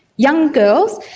young girls,